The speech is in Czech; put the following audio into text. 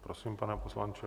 Prosím, pane poslanče.